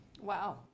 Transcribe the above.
wow